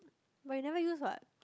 but you never use what